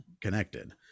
connected